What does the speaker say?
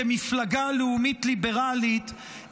כמפלגה לאומית-ליברלית,